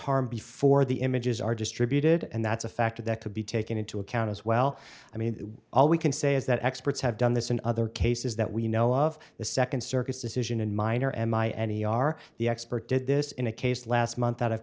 harm before the images are distributed and that's a factor that could be taken into account as well i mean all we can say is that experts have done this in other cases that we know of the second circuit decision in minor and my any are the expert did this in a case last month out of